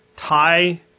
Thai